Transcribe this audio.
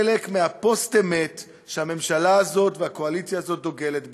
חלק מהפוסט-אמת שהממשלה הזאת והקואליציה הזאת דוגלות בה,